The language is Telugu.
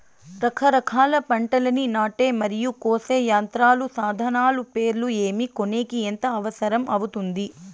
రకరకాల పంటలని నాటే మరియు కోసే యంత్రాలు, సాధనాలు పేర్లు ఏమి, కొనేకి ఎంత అవసరం అవుతుంది?